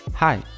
Hi